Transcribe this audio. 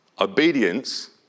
Obedience